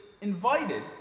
invited